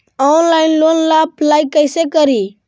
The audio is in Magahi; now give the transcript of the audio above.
ऑनलाइन लोन ला अप्लाई कैसे करी?